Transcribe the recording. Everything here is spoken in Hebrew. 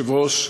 התשע"ז 2016,